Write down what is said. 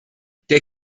der